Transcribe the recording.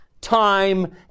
time